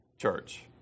church